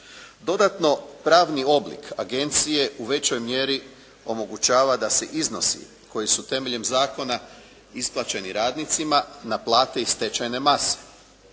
Dodatno pravni oblik agencije u većoj mjeri omogućava da se iznosi koji su temeljem zakona isplaćeni radnicima naplate iz stečajne mase.